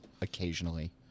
occasionally